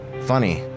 Funny